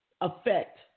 affect